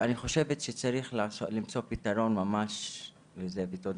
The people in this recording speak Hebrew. אני חושבת שצריך למצוא פתרון ממש לזה, תודה.